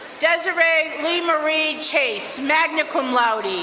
desirae lee marie chase, magna cum laude,